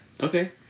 Okay